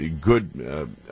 good